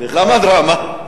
למה דרמה?